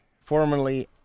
formerly